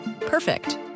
Perfect